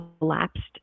collapsed